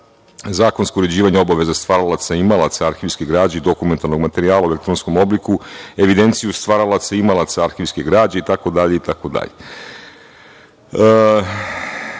Zakonsko uređivanje je obaveza stvaralaca i imalaca arhivske građe i dokumentarnom materijala u elektronskom obliku, evidenciju stvaralaca i imalaca arhivske građe